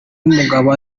n’umugabo